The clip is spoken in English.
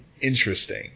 interesting